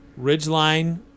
Ridgeline